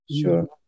sure